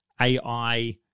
AI